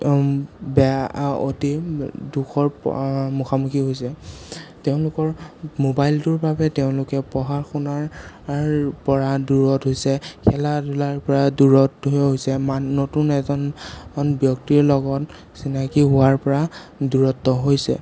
বেয়া অতি দুখৰ মুখামুখি হৈছে তেওঁলোকৰ মোবাইলটোৰ বাবে তেওঁলোকে পঢ়া শুনাৰ পৰা দূৰত হৈছে খেলা ধূলা পৰা দূৰত হৈছে মা নতুন এজন ব্যক্তিৰ লগত চিনাকি হোৱাৰ পৰা দূৰত্ব হৈছে